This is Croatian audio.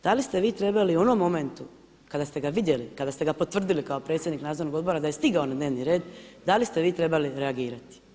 Da li ste vi trebali u onom momentu kada ste ga vidjeli, kada ste ga potvrdili kao predsjednik Nadzornog odbora da je stigao na dnevni red, da li ste vi trebali reagirati.